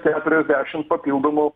keturiasdešimt papildomų